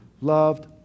loved